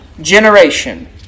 generation